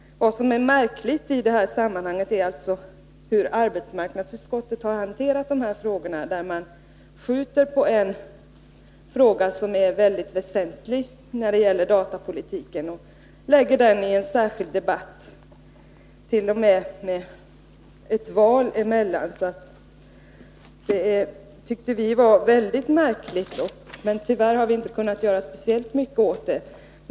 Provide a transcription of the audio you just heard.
Vad som är märkligt i detta sammanhang är alltså hur arbetsmarknadsutskottet hanterat dessa frågor. Man skjuter på en fråga som är väldigt väsentlig när det gäller datapolitiken till en särskild debatt. Det ligger t.o.m. ett val däremellan. Vi tycker att det är väldigt märkligt, men vi har tyvärr inte kunnat göra särskilt mycket åt det.